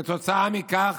כתוצאה מכך